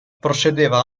procedeva